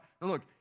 Look